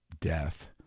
death